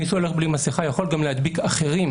מי שהולך בלי מסכה יכול גם להדביק אחרים.